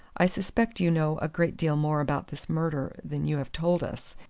i suspect you know a great deal more about this murder than you have told us,